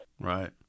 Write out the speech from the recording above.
Right